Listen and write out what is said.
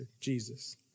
Jesus